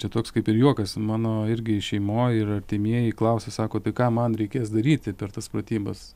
čia toks kaip ir juokas mano irgi šeimoj ir artimieji klausė sako ką man reikės daryti per tas pratybos